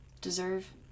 deserve